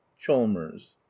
Chalmers